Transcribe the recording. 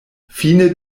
fine